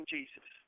Jesus